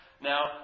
Now